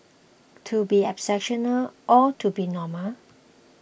to be exceptional or to be normal